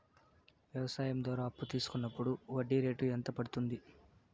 వ్యవసాయం ద్వారా అప్పు తీసుకున్నప్పుడు వడ్డీ రేటు ఎంత పడ్తుంది